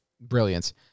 brilliance